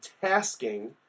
tasking